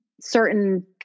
certain